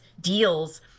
deals